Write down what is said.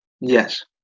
Yes